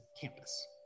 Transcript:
campus